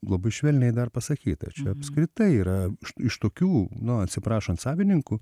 labai švelniai dar pasakyta čia apskritai yra iš tokių nu atsiprašant savininkų